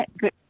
Good